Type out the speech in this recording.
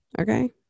okay